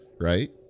right